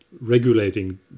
regulating